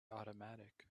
automatic